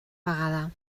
vegada